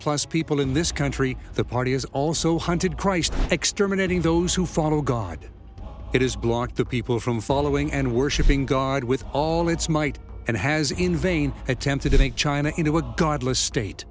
plus people in this country the party has also hunted christ exterminating those who follow god it has blocked the people from following and worshipping god with all its might and has in vain attempted to make china into a godless state